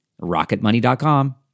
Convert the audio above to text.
rocketmoney.com